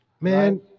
Man